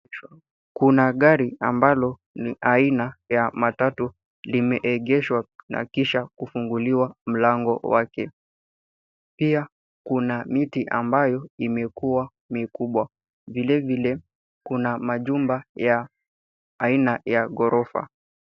Kuna gari ambalo ni aina ya matatu limeegeshwa na kisha kufunguliwa mlango wake. Pia kuna miti ambayo imekuwa mikubwa. Vilevile kuna majumba ya aina ya ghorofa.